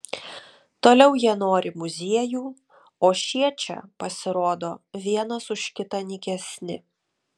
toliau jie nori muziejų o šie čia pasirodo vienas už kitą nykesni